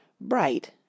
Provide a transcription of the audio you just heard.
bright